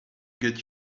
get